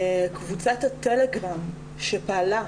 קבוצת הטלגרם שפעלה,